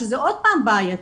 שזה עוד פעם בעייתי.